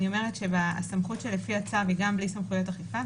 אני אומרת שהסמכות לפי הצו היא גם בלי סמכויות אכיפה,